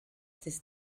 this